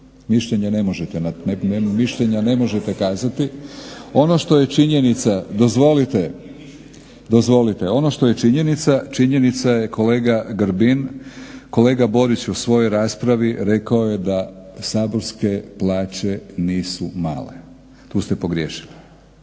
Mišljenja ne možete kazati. Ono što je činjenica … /Upadica se ne razumije./… Dozvolite, ono što je činjenica, činjenica je kolega Grbin kolega Borić u svojoj raspravi rekao je da saborske plaće nisu male. Tu ste pogriješili.